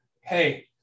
hey